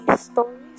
Stories